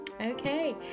Okay